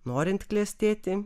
norint klestėti